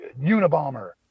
Unabomber